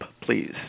please